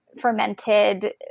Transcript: fermented